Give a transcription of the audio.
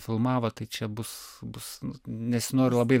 filmavo tai čia bus bus nesinori labai